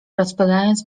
rozpylając